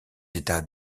états